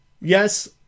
Yes